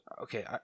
Okay